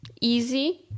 Easy